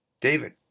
David